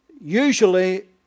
usually